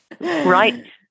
right